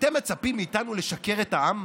אתם מצפים מאיתנו לשקר לעם?